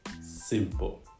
simple